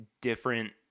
different